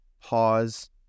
pause